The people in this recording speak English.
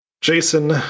Jason